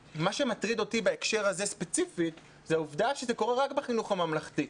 מטרידה אותי בהקשר הזה ספציפית העובדה שזה קורה רק בחינוך הממלכתי,